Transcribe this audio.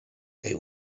they